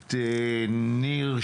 הכנסת ברביבאי,